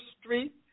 Street